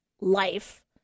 life